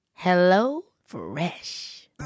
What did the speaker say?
HelloFresh